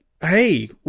hey